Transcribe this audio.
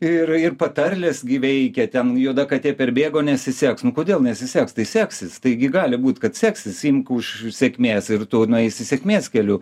ir ir patarlės gi veikia ten juoda katė perbėgo nesiseks nu kodėl nesiseks tai seksis taigi gali būt kad seksis imk už sėkmės ir tu nueisi sėkmės keliu